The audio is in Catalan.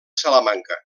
salamanca